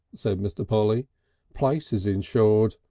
said mr. polly place is insured.